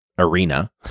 Arena